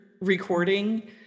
recording